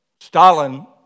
Stalin